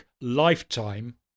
lifetime